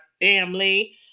family